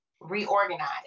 reorganize